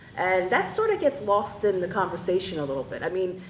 and that sort of gets lost in the conversation a little bit. i mean,